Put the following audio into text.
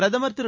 பிரதுர் திரு